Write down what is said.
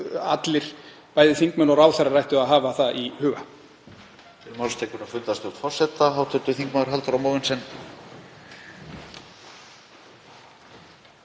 allir, bæði þingmenn og ráðherrar, ættu að hafa það í huga.